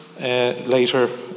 later